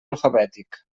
alfabètic